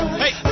hey